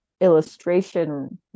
illustration